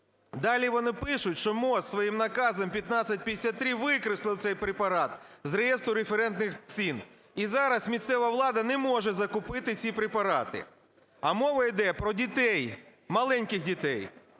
Далі вони пишуть, що МОЗ своїм наказом 1553 викреслив цей препарат з реєстру референтних цін, і зараз місцева влада не може закупити ці препарати, а мова йде про дітей, маленьких дітей.